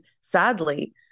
sadly